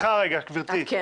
סליחה, רגע, גברתי.